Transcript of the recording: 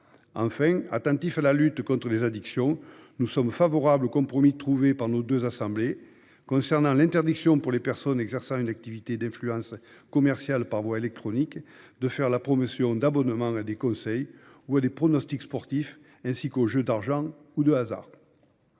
Enfin, attentifs à la lutte contre les addictions, nous sommes favorables au compromis trouvé par nos deux assemblées concernant l'interdiction, pour les personnes exerçant une activité d'influence commerciale par voie électronique, de faire la promotion d'abonnements à des conseils ou à des pronostics sportifs, ainsi que des jeux d'argent ou de hasard.